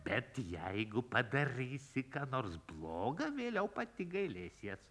bet jeigu padarysi ką nors bloga vėliau pati gailėsies